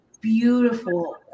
beautiful